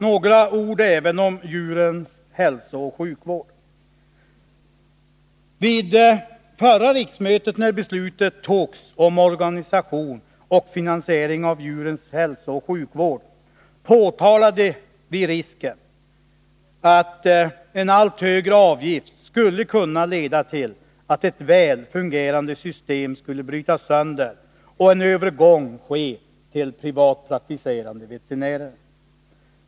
Några ord även om djurens hälsooch sjukvård. Vid förra riksmötet när beslutet togs om organisation och finansiering av djurens hälsooch sjukvård pekade vi på risken för att en allt högre avgift skulle kunna leda till att ett väl fungerande system skulle brytas sönder och en övergång ske till privatpraktiserande veterinärer.